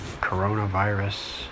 coronavirus